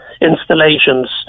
installations